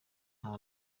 nta